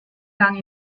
gang